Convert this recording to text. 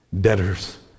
Debtors